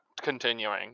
continuing